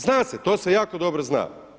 Zna se, to se jako dobro zna.